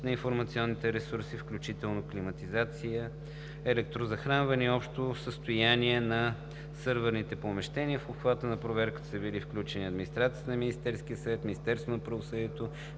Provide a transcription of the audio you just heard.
на информационните ресурси, включително климатизация, електрозахранване и общо състояние на сървърните помещения. В обхвата на проверката са били включени администрацията на Министерския съвет, Министерството на правосъдието,